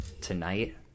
tonight